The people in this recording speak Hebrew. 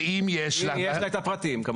אם יש לה את הפרטים.